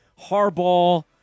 Harbaugh